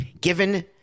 given